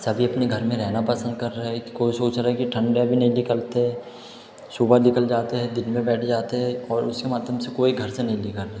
सभी अपने घर में रहना पसंद कर रहें कि कोई सोच रहा है कि ठंड है अभी नहीं निकलते हैं सुबह निकल जाते हैं दिन में बैठ जाते हैं और उसी माध्यम से कोई घर से नहीं निकल रहा है